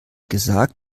gesagt